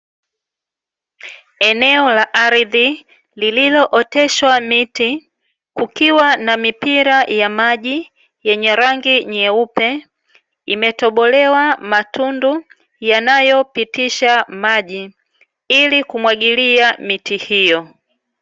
Eneo la ardhi lililooteshwa miti, kukiwa na mipira ya maji, yenye rangi nyeupe, imetobolewa matundu yanayopitisha maji. Ili kumwagilia miti hiyo.